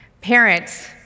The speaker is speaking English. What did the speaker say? Parents